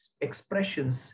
expressions